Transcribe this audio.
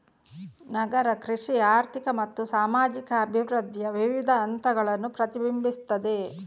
ನಗರ ಕೃಷಿ ಆರ್ಥಿಕ ಮತ್ತು ಸಾಮಾಜಿಕ ಅಭಿವೃದ್ಧಿಯ ವಿವಿಧ ಹಂತಗಳನ್ನು ಪ್ರತಿಬಿಂಬಿಸುತ್ತದೆ